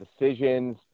decisions